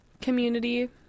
community